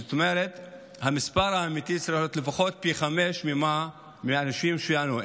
זאת אומרת שהמספר האמיתי צריך להיות לפחות פי חמישה מהאנשים שענו,